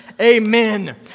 Amen